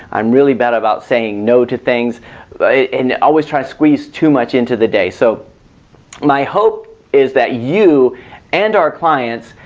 i'm really bad about saying no to things and always try to squeeze too much into the day. so my hope is that you and our clients,